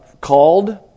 called